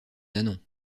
nanon